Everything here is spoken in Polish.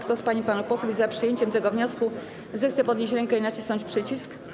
Kto z pań i panów posłów jest za przyjęciem tego wniosku, zechce podnieść rękę i nacisnąć przycisk.